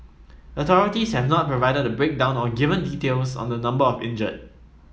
authorities have not provided a breakdown or given details on the number of injured